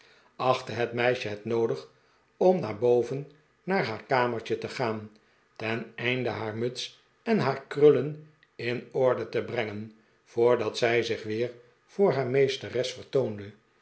achtte het meisje het noodig om naar boven naar haar kamertje te gaan ten einde haar muts en haar krullen in orde te brengen voordat zij zich weer voor haar meesteres vertoonde